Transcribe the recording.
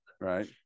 right